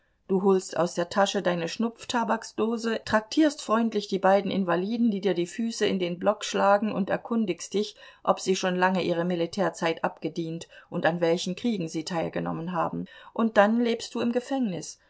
du holst aus der tasche deine schnupftabaksdose traktierst freundlich die beiden invaliden die dir die füße in den block schlagen und erkundigst dich ob sie schon lange ihre militärzeit abgedient und an welchen kriegen sie teilgenommen haben und dann lebst du im gefängnis